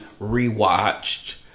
rewatched